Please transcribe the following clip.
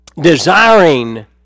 desiring